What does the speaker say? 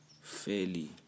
fairly